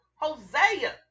Hosea